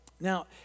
Now